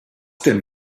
denn